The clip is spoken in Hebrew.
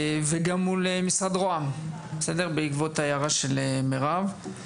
וגם מול משרד רוה"מ בעקבות ההערה של מירב.